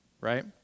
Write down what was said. right